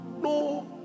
no